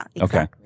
Okay